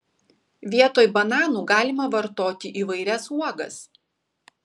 vietoj bananų galima vartoti įvairias uogas